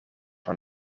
van